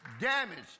damaged